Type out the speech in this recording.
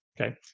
okay